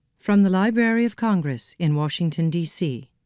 from the library of congress in washington, d c.